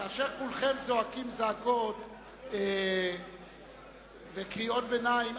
כאשר כולכם זועקים זעקות וקריאות ביניים,